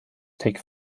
take